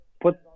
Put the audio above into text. put